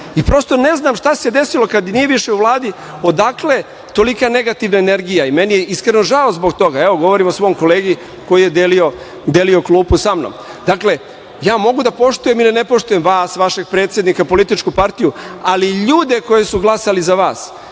ne znam šta se desilo kada nije više u Vladi, odakle tolika negativna energija. Meni je iskreno žao zbog toga. Govorim o svom kolegi koji je delio klupu sa mnom. Dakle, ja mogu da poštujem ili ne poštujem vas, vašeg predsednika, političku partiju, ali ljude koji su glasali za vas,